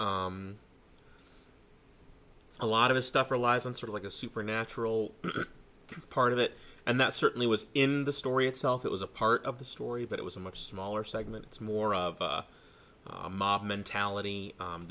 a lot of the stuff relies on sort of like a supernatural part of it and that certainly was in the story itself it was a part of the story but it was a much smaller segment it's more of a mob mentality